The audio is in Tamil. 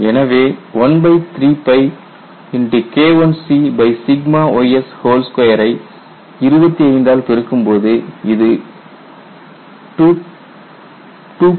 எனவே 13K1cys2 ஐ 25 ஆல் பெருக்கும்போது இது 2